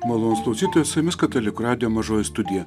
malonūs klausytojai su jumis katalikų radijo mažoji studija